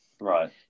Right